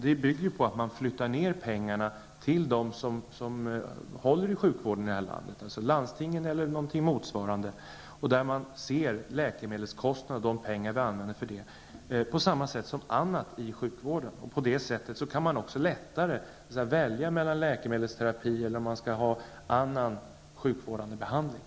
Det bygger på att man flyttar ned pengarna till dem som håller i sjukvården här i landet, dvs. landstingen eller någonting motsvarande, där man ser de pengar som vi använder för läkemedelskostnader på samma sätt som annat i sjukvården. På det sättet kan man också lättare välja mellan läkemedelsterapi och annan sjukvårdande behandling.